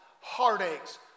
heartaches